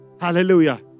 Hallelujah